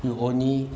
you only